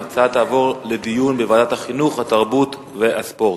ההצעה תעבור לדיון בוועדת בחינוך, התרבות והספורט.